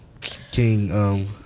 King